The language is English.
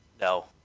no